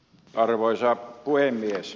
arvoisa puhemies